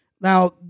Now